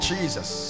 Jesus